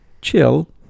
Chill